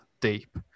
deep